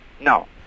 no